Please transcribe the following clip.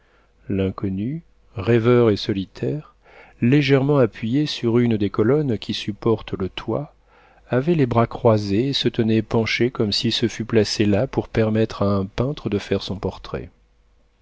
l'inconnu rêveur et solitaire légèrement appuyé sur une des colonnes qui supportent le toit avait les bras croisés et se tenait penché comme s'il se fût placé là pour permettre à un peintre de faire son portrait